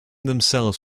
themselves